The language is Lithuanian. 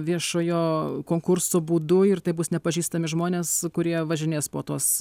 viešojo konkurso būdu ir tai bus nepažįstami žmonės kurie važinės po tuos